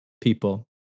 people